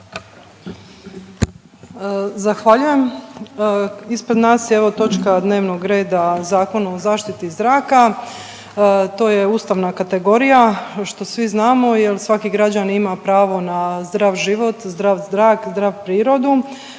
Zahvaljujem. Ispred nas je evo točka dnevnog reda, Zakon o zaštiti zraka, to je ustavna kategorija, što svi znamo jer svaki građanin ima pravo na zdrav život, zdrav zrak, zdrav prirodu,